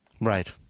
Right